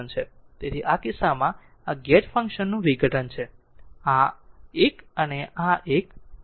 તેથી આ કિસ્સામાં આ ગેટ ફંક્શન નું વિઘટન છે આ એક અને આ એક છે